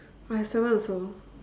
I have seven also